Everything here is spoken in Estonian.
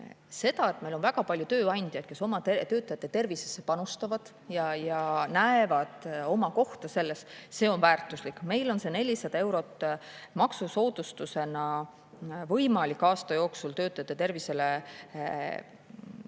unustada. Meil on väga palju tööandjaid, kes oma töötajate tervisesse panustavad ja näevad oma kohta selles, see on väärtuslik. Meil on 400 eurot maksusoodustusena võimalik aasta jooksul töötajate tervisele raha